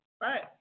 Right